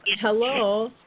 hello